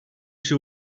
she